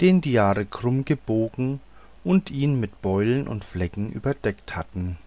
den die jahre krumm gebogen und ihn mit beulen und flecken überdeckt hatten